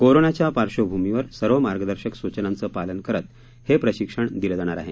कोरोनाच्या पार्श्वभुमीवर सर्व मार्गदर्शक सूचनांचं पालन करत हे प्रशिक्षण दिलं जाणार आहे